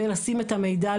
ולשים את המידע,